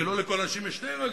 כי לא לכל האנשים יש שתי רגליים?